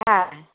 হ্যাঁ